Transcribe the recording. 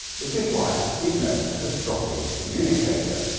which is why he's known as a drop-in communicator